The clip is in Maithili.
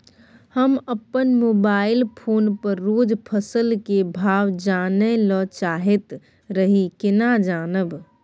हम अपन मोबाइल फोन पर रोज फसल के भाव जानय ल चाहैत रही केना जानब?